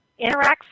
interacts